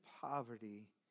poverty